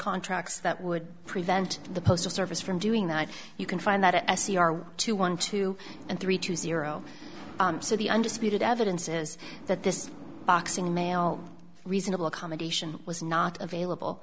contracts that would prevent the postal service from doing that you can find that s c r two one two and three two zero so the undisputed evidence is that this boxing mail reasonable accommodation was not available